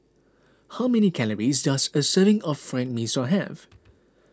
how many calories does a serving of Fried Mee Sua have